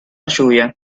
lluvia